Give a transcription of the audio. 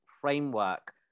framework